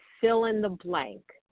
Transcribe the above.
fill-in-the-blank